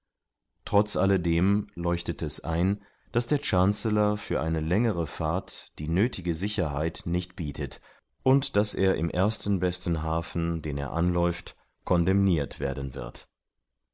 trotz alledem leuchtet es ein daß der chancellor für eine längere fahrt die nöthige sicherheit nicht bietet und da er im ersten besten hafen den er anläuft condemnirt werden wird